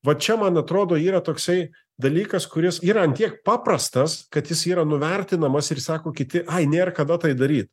va čia man atrodo yra toksai dalykas kuris yra ant tiek paprastas kad jis yra nuvertinamas ir sako kiti ai nėr kada tai daryt